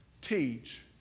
teach